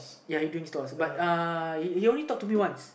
ya he bring stores uh but he only talked to me once